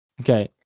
Okay